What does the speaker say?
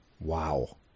Wow